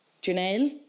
Janelle